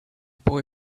boy